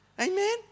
Amen